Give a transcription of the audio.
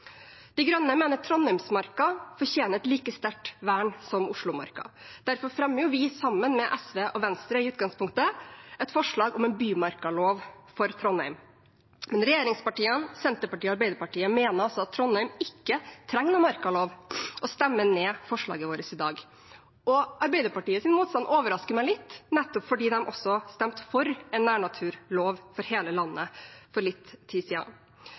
De Grønne mener Trondheimsmarka fortjener et like sterkt vern som Oslomarka. Derfor fremmer vi – sammen med SV og i utgangspunktet Venstre – et forslag om en bymarkalov for Trondheim. Men regjeringspartiene, Senterpartiet og Arbeiderpartiet mener at Trondheim ikke trenger noen markalov, og stemmer ned forslaget vårt i dag. Arbeiderpartiets motstand overrasker meg litt, nettopp fordi de stemte for en nærnaturlov for hele landet for litt tid